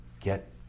get